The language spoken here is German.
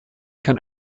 kann